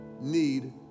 need